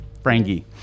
frankie